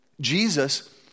Jesus